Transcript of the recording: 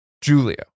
Julia